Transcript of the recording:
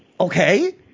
Okay